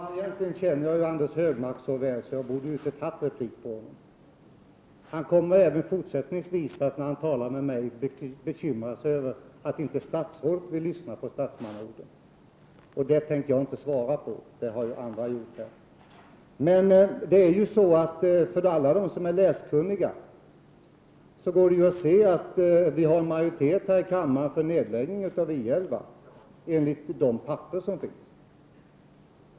Herr talman! Vi känner Anders G Högmark så väl att jag egentligen inte behövde begära replik. Han kommer även fortsättningsvis, när han talar med mig, att bekymra sig över att inte försvarsministern vill lyssna på statsmannaorden, och det tänker jag inte svara på. Det har ju andra gjort här. Alla som är läskunniga kan se av de papper som finns att en majoritet här i kammaren är för nedläggning av I 11.